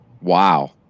Wow